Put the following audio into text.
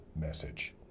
message